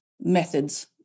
Methods